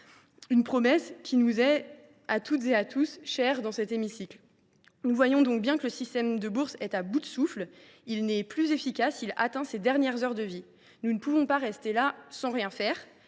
promesse chère à toutes et tous dans cet hémicycle. Nous le voyons bien, le système des bourses est à bout de souffle. Il n’est plus efficace et atteint ses dernières heures de vie. Nous ne pouvons pas rester là sans rien faire